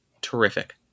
terrific